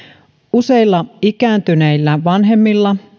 useilla ikääntyneillä vanhemmilla